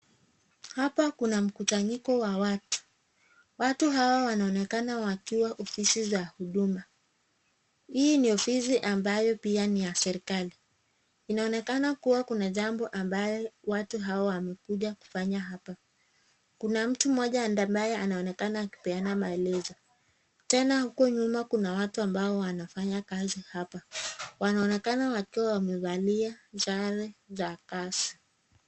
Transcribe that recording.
Hapa kuna mkusanyiko wa watu. Watu hawa wanaonekana wakiwa ofisi za huduma hii ni ofisi ambayo pia ni ya serekali inaonekana kuwa kuna jambo ambayo watu hawa wamekuja kufanya hapa. Kuna mtu mmoja ambaye anaonekana akipeana maelezo tena huku nyuma kuna watu ambao wanafanya kazi hapa wanaonekana wakiwa wamevalia sare za kazi.